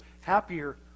happier